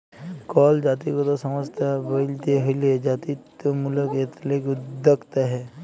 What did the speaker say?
call জাতিগত সংস্থা ব্যইলতে হ্যলে জাতিত্ত্বমূলক এথলিক উদ্যোক্তা হ্যয়